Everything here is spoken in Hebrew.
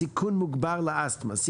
סיכון מוגבר לאסתמה,